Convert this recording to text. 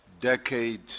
decade